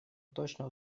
точно